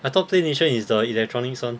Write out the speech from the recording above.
I thought Play Nation is the electronics one